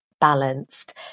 balanced